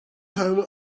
home